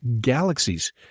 galaxies